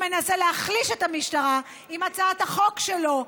שמנסה להחליש את המשטרה עם הצעת החוק שלו,